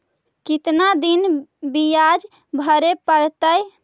कितना दिन बियाज भरे परतैय?